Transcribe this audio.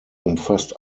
umfasst